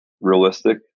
realistic